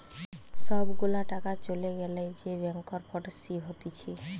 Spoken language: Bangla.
সব গুলা টাকা চলে গ্যালে যে ব্যাংকরপটসি হতিছে